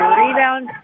rebound